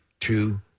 two